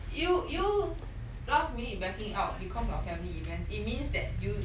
you you last minute backing out because of family events it means that you